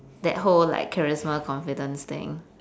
that whole like charisma confidence thing